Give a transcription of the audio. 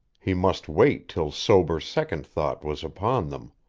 he must wait till sober second thought was upon them.